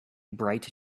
bright